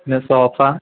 പിന്നെ സോഫ